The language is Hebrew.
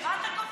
מה אתה קופץ?